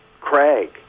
Craig